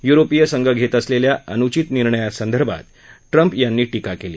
European संघ घेत असलेल्या अनुचित निर्णयासंदर्भात ट्रम्प यांनी टीका केली